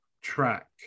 track